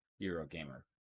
Eurogamer